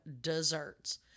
desserts